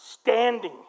standing